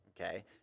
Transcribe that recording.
okay